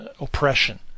oppression